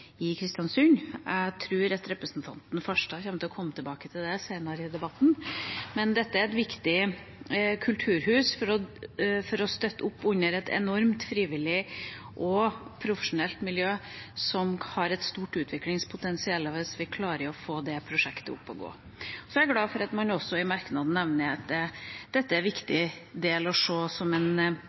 i Kristiansund. Jeg tror at representanten Farstad kommer til å komme tilbake til det senere i debatten. Men dette er et viktig kulturhus for å støtte opp under et enormt frivillig og profesjonelt miljø som har et stort utviklingspotensial, hvis vi klarer å få det prosjektet opp og gå. Så er jeg glad for at man i merknadene også nevner at dette er å se på som en viktig del